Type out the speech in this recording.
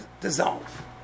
dissolve